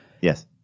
Yes